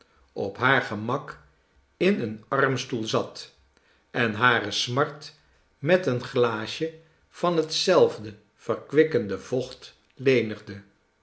op haar gemak in een annstoel zat en hare smart met een glaasje van hetzelfde verkwikkende vocht lenigde